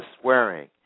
swearing